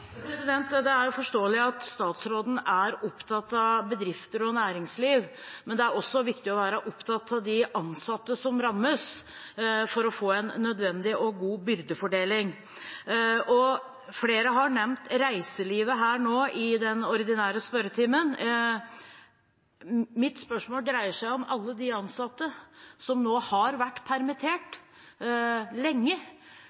Det er forståelig at statsråden er opptatt av bedrifter og næringsliv, men det er også viktig å være opptatt av de ansatte som rammes, for å få en nødvendig og god byrdefordeling. Flere har nevnt reiselivet her nå i den ordinære spørretimen. Mitt spørsmål dreier seg om alle de ansatte som nå har vært